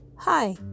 Hi